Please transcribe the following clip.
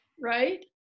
right